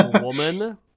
woman